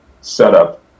setup